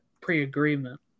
pre-agreement